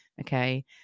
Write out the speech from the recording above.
okay